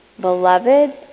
beloved